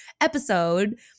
episode